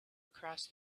across